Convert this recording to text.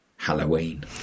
Halloween